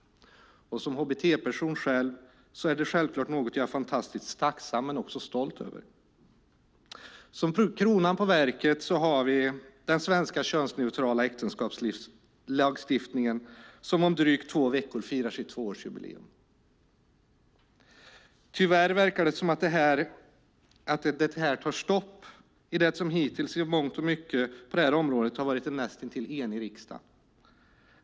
Som hbt-person är det självklart något jag är fantastiskt tacksam för men också stolt över. Som kronan på verket har vi den svenska könsneutrala äktenskapslagstiftningen, som om drygt två veckor firar sitt tvåårsjubileum. Tyvärr verkar det som att det här tar stopp i det som hittills i mångt och mycket på det här området har varit en näst intill enig riksdag.